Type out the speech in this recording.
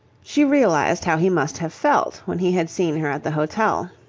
she realized how he must have felt when he had seen her at the hotel.